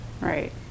right